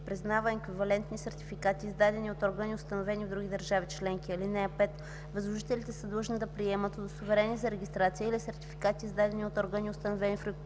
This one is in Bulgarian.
признава еквивалентни сертификати, издадени от органи, установени в други държави членки. (5) Възложителите са длъжни да приемат удостоверения за регистрация или сертификати, издадени от органи, установени в